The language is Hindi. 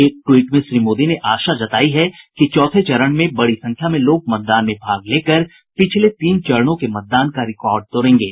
एक ट्वीट में श्री मोदी ने आशा जतायी है कि चौथे चरण में बड़ी संख्या में लोग मतदान में भाग लेकर पिछले तीन चरणों के मतदान का रिकॉर्ड तोड़ेंगे